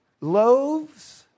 loaves